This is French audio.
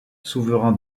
souverain